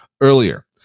earlier